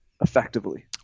effectively